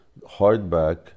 hardback